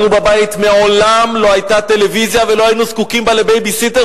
לנו בבית מעולם לא היתה טלוויזיה ולא היינו זקוקים לה לבייביסיטר,